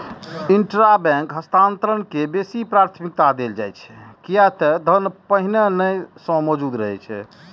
intrabank हस्तांतरण के बेसी प्राथमिकता देल जाइ छै, कियै ते धन पहिनहि सं मौजूद रहै छै